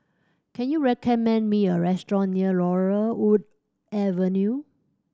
can you recommend me a restaurant near Laurel Wood Avenue